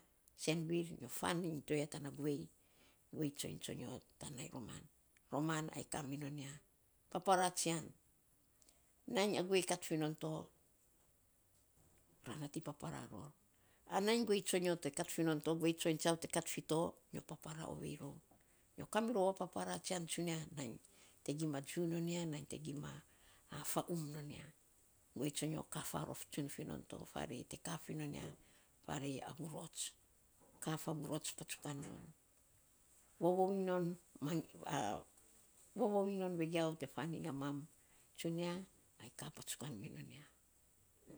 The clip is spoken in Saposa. Senvir nyo faniny ya tana guei. Guei tsoiny tsonyo tan nainy roman. Roman ai tan mi non ya, paparaa tsian, nainy a guei kat fi non to, ra nating paparaa ror. An nainy guei tsonyo te kat finon to guei tsoiny tsiau te kat fi to, nyo paparaa ovei rou. Nyo kamirou a paparaa tsian tsunia nainy te gima jiu non ya, nainy te gima faum non ya. Guei tsonyo ka farof tsun fi non to farei te ka fi non ya farei a vurots. Ka fa vurots patsukan non vovou iny non vigiau te faniny a mam tsunia ai ka patsukan mi nou ya.